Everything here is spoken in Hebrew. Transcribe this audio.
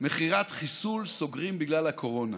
מכירת חיסול, סוגרים בגלל הקורונה.